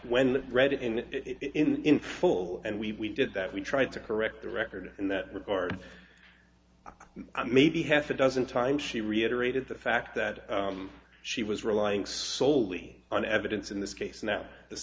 when i read it in it in full and we did that we tried to correct the record in that regard maybe half a dozen times she reiterated the fact that she was relying soley on evidence in this case now the